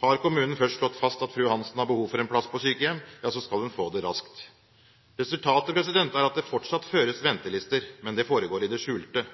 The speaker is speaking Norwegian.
Har kommunen først slått fast at fru Hansen har behov for en plass på et sykehjem, skal hun få det raskt. Resultatet er at det fortsatt føres ventelister, men det foregår i det skjulte.